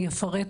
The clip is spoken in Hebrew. אני אפרט,